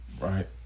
Right